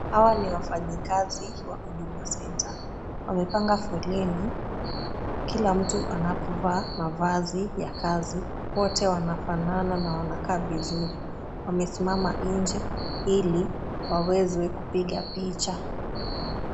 Hawa ni wafanyikazi wa huduma center. Wamepanga foleni kila mtu anapovaa mavazi ya kazi. Wote wanafanana na wanakaa vizuri. Wamesimama nje ili wawezwe kupiga picha.